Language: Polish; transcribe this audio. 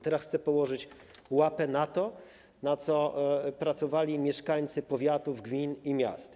Teraz chce położyć łapę na tym, na co pracowali mieszkańcy powiatów, gmin i miast.